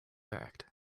act